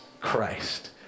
Christ